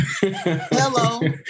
hello